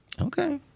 Okay